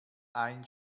ein